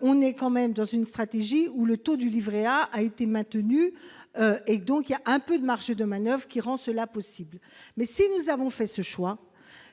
où elle s'inscrit dans une stratégie où le taux du livret A a été maintenu. Il y a donc un peu de marge de manoeuvre, ce qui rend cette mesure possible. Si nous avons fait ce choix,